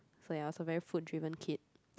so ya I was a very food driven kid